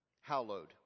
hallowed